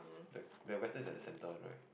the that western is at the centre one right